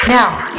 Now